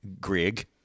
Grig